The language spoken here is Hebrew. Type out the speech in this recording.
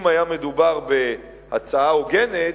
אם היה מדובר בהצעה הוגנת,